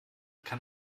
kann